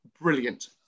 brilliant